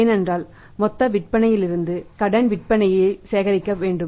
ஏனென்றால் மொத்த விற்பனையிலிருந்து கடன் விற்பனையின் சேகரிக்கப்பட வேண்டும்